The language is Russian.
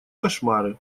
кошмары